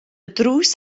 drws